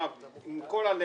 יואב, עם כל הלב,